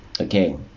Okay